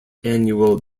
annual